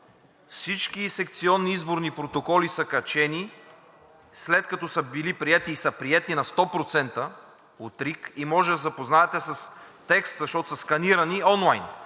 Всички секционни изборни протоколи са качени, след като са били приети, и са приети 100% от РИК. Може да се запознаете с текста, защото са сканирани онлайн.